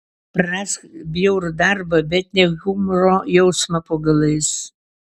prarask bjaurų darbą bet ne humoro jausmą po galais